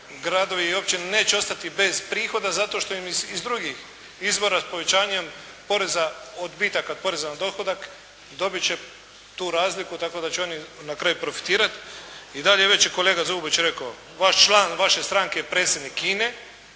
gradovi i općine neće ostati bez prihoda zato što im iz drugih izvora s povećanjem poreza odbitaka poreza na dohodak dobit će tu razliku tako da će oni na kraju profitirati i dalje je već i kolega Zubović rekao. Vaš član vaše stranke je predsjednik INA-e.